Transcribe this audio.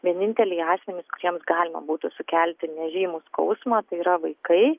vieninteliai asmenys kuriems galima būtų sukelti nežymų skausmą tai yra vaikai